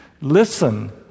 Listen